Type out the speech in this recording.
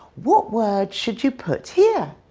what word should you put here?